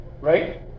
Right